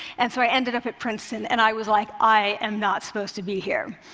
and so i ended up at princeton, and i was like, i am not supposed to be here.